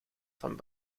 van